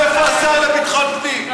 איפה השר לביטחון פנים?